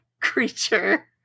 creature